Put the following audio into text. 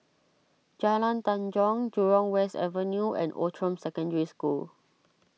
Jalan Tanjong Jurong West Avenue and Outram Secondary School